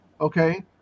Okay